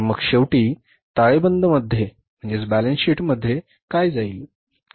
तर मग शेवटी ताळेबंद मध्ये काय जाईल